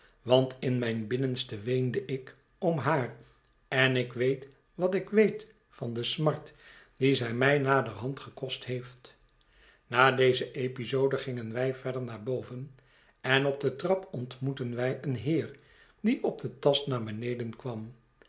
want in mijn binnenste weende ik om haar en ik weet wat ik weet van de smart die zij mij naderhand gekost heeft na deze episode gingen wij verder naar boven en op de trap ontmoetten wij een heer die op den tast naar beneden kwam